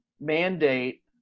mandate